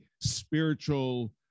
spiritual